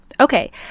Okay